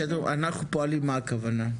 כשאת אומרת אנחנו פועלים, מה הכוונה?